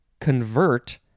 convert